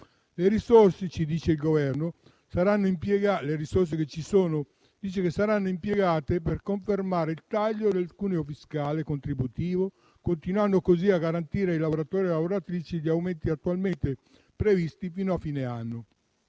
- ci dice il Governo - saranno impiegate per confermare il taglio del cuneo fiscale contributivo, continuando così a garantire a lavoratori e lavoratrici gli aumenti attualmente previsti fino a fine anno.